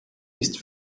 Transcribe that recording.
ist